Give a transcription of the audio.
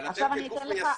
אבל אתם גוף מיישם.